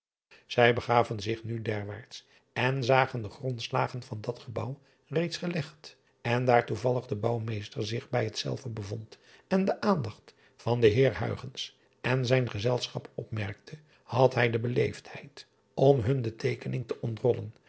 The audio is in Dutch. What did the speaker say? ij begaven zich nu derwaarts en zagen de grondslagen van dat gebouw reeds gelegd en driaan oosjes zn et leven van illegonda uisman daar toevallig de bouwmeester zich bij hetzelve bevond en de aandacht van den eer en zijn gezelschap opmerkte had hij de beleefdheid om hun de teekening te ontrollen